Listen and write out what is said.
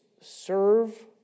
serve